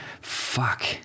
fuck